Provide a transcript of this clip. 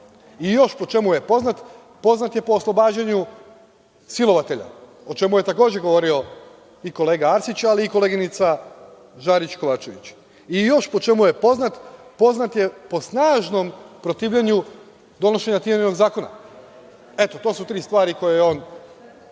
Još po čemu je poznat? Poznat je po oslobađanju silovatelja, o čemu je takođe govorio i kolega Arsić, ali i koleginica Žarić Kovačević. Još po čemu je poznat? Poznat je po snažnom protivljenju donošenje Tijaninog zakona. To su tri stvari po kojima